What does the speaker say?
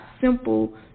simple